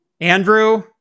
Andrew